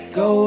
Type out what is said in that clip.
go